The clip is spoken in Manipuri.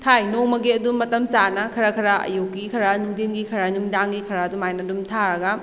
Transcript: ꯊꯥꯏ ꯅꯣꯡꯃꯒꯤ ꯑꯗꯨꯝ ꯃꯇꯝ ꯆꯥꯅ ꯈꯔ ꯈꯔ ꯑꯌꯨꯛꯀꯤ ꯈꯔ ꯅꯨꯡꯊꯤꯟꯒꯤ ꯈꯔ ꯅꯨꯡꯃꯤꯗꯥꯡꯒꯤ ꯈꯔ ꯑꯗꯨꯃꯥꯏꯅ ꯑꯗꯨꯝ ꯊꯥꯔꯒ